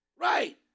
right